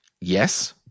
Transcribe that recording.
yes